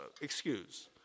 Excuse